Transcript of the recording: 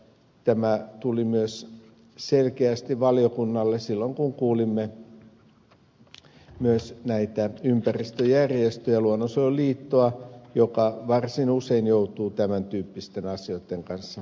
tämä tuli myös selväksi valiokunnalle silloin kun kuulimme myös ympäristöjärjestöjä kuten luonnonsuojeluliittoa joka varsin usein joutuu tämän tyyppisten asioitten kanssa tekemisiin